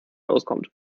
auskommt